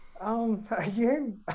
Again